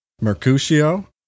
Mercutio